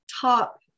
top